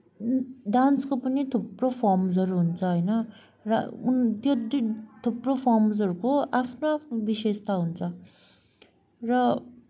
डान्सको पनि थुप्रो फर्म्सहरू हुन्छ होइन र उन त्यो त्यो थुप्रो फर्म्सहरूको आफ्नो आफ्नो विशेषता हुन्छ र